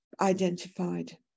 identified